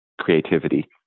creativity